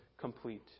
complete